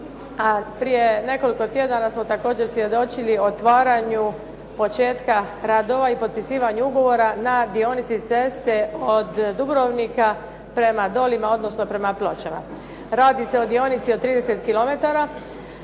prije nekoliko tjedana smo također svjedočili o otvaranju početka radova i potpisivanju ugovora na dionici ceste od Dubrovnika prema Dolima, odnosno prema Pločama. Radi se o dionici od 30 km.